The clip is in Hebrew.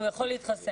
הוא יכול להתחסן?